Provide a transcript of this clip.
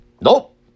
Nope